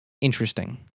interesting